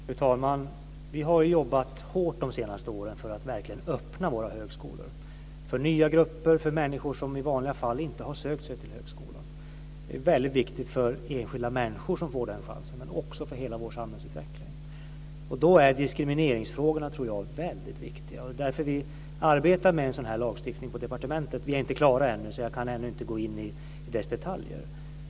Fru talman! Vi har jobbat hårt de senaste åren för att verkligen öppna våra högskolor för nya grupper, för människor som i vanliga fall inte har sökt sig till högskolan. Det är väldigt viktigt för enskilda människor som får den chansen men också för hela vår samhällsutveckling. Då är diskrimineringsfrågorna väldigt viktiga. Därför arbetar vi med en sådan lagstiftning på departementet. Vi är inte klara ännu, så jag kan inte gå in i dess detaljer.